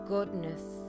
Goodness